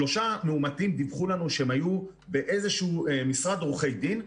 שלושה מאומתים דיווחו לנו שהם היו באיזשהו משרד עורכי דין,